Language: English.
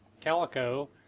Calico